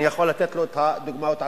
אני יכול לתת לו את הדוגמאות עצמן.